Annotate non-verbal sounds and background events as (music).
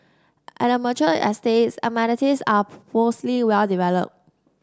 at the mature estates amenities are (unintelligible) mostly well developed